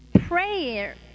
Prayer